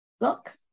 look